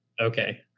Okay